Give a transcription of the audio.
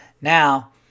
now